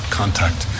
contact